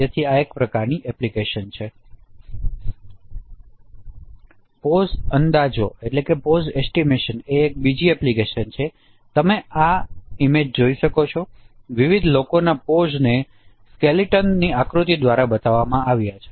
તેથી આ એક પ્રકારની એપ્લિકેશનછે પોઝ અંદાજ બીજી એપ્લિકેશન છે તમે આ રેખાકૃતિમાં જોઈ શકો છો કે વિવિધ લોકોના પોઝને સ્કેલેટન ની આકૃતિ દ્વારા બતાવવામાં આવે છે